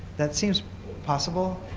that seems possible.